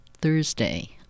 Thursday